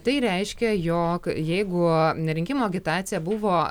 tai reiškia jog jeigu rinkimų agitacija buvo